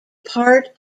part